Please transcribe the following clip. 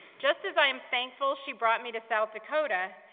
just as i am thankful she brought me to south dakota,